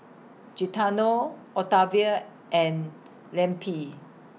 Gaetano Octavia and Lempi